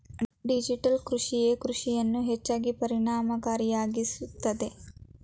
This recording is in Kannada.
ಡಿಜಿಟಲ್ ಕೃಷಿಯೇ ಕೃಷಿಯನ್ನು ಹೆಚ್ಚು ಪರಿಣಾಮಕಾರಿಯಾಗಿಸುತ್ತದೆ